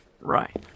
Right